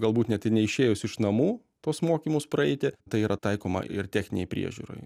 galbūt net ir neišėjus iš namų tuos mokymus praeiti tai yra taikoma ir techninei priežiūrai